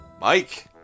Mike